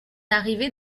arrivée